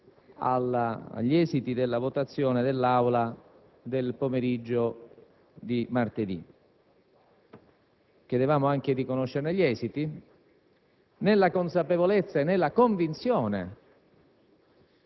agli esiti della votazione dell'Assemblea del pomeriggio di martedì. Chiedevamo altresì di conoscerne gli esiti nella consapevolezza e convinzione